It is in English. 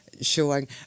showing